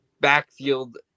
backfield